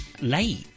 late